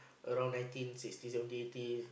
around nineteen sixty seventy eighty